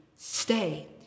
Stay